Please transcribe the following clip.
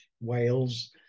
Wales